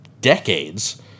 decades